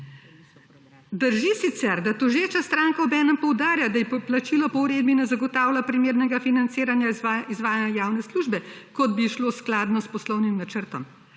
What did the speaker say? Drži sicer, da tožeča stranka obenem poudarja, da ji plačilo po uredbi na zagotavlja primernega financiranja izvajanja javne službe, kot bi šlo skladno s poslovnim načrtom.